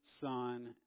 son